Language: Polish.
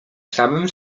samym